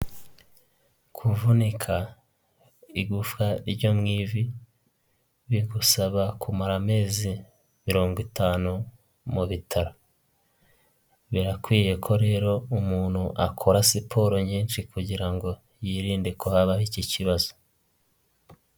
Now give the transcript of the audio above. Kuvunika igufwa ryo mu ivi, bigusaba kumara amezi mirongo itanu mu bitaro, birakwiye ko rero umuntu akora siporo nyinshi kugira ngo yirinde ko habaho iki kibazo.